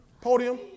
podium